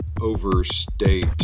overstate